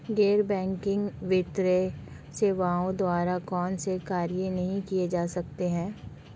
गैर बैंकिंग वित्तीय सेवाओं द्वारा कौनसे कार्य नहीं किए जा सकते हैं?